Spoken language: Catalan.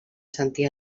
sentir